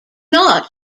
not